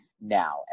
now